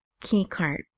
Keycard